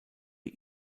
die